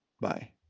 Bye